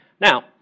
Now